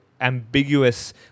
ambiguous